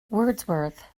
wordsworth